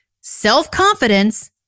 Self-confidence